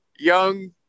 Young